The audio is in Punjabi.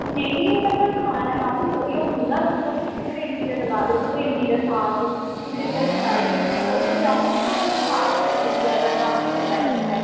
ਨਹੀਂ ਇਹਨਾਂ ਦਾ ਖਾਣਾ ਕਾਫੀ ਵਧੀਆ ਹੁੰਦਾ ਜਿੱਦਾਂ ਹੁਣ ਤੁਸੀਂ ਹਵੇਲੀ ਦਾ ਲਗਾ ਲਓ ਹਵੇਲੀ ਦਾ ਸਾਗ ਵੀ ਜਿੱਦਾਂ ਵੀ ਚੱਲ ਜਾਉ ਜਦੋਂ ਵੀ ਜਾਉਂਗੇ ਨਾ ਮਤਲਬ ਸਾਗ ਸੂਗ ਵਗੈਰਾ ਕਾਫੀ ਹੁੰਦਾ ਇੱਥੇ